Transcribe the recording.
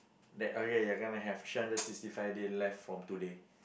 that okay you gonna to have three hundred sixty five days left from today